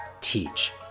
teach